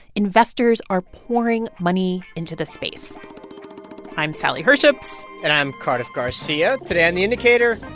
investors are pouring money into the space i'm sally herships and i'm cardiff garcia. today on the indicator,